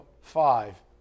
five